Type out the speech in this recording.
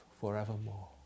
forevermore